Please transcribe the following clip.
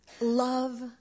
love